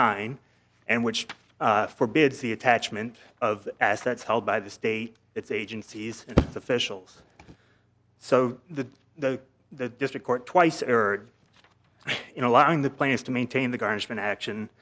nine and which forbids the attachment of assets held by the state its agencies officials so the the the district court twice error in allowing the players to maintain the garnishment action